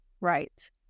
right